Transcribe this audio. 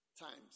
times